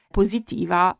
positiva